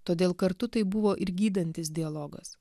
todėl kartu tai buvo ir gydantis dialogas